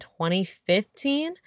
2015